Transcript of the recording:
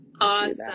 Awesome